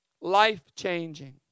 life-changing